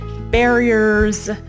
barriers